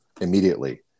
immediately